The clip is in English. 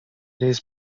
days